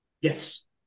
Yes